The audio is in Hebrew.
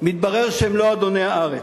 מתברר שהם לא אדוני הארץ.